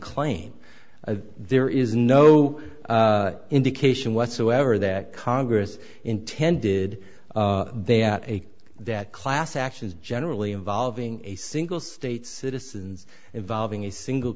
claim there is no indication whatsoever that congress intended that a that class actions generally involving a single state citizens involving a single